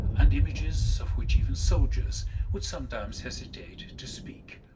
and images of which even soldiers would sometimes hesitate to speak.